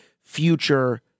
future